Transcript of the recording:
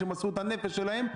שהם מסרו את הנפש שלהם.